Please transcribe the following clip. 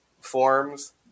forms